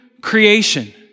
creation